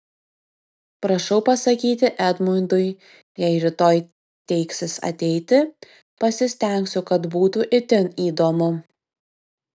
prašau pasakyti edmundui jei rytoj teiksis ateiti pasistengsiu kad būtų itin įdomu